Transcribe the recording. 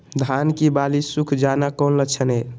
धान की बाली सुख जाना कौन लक्षण हैं?